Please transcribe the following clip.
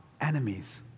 enemies